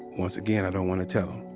once again, i don't wanna tell him.